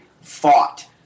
fought